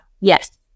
Yes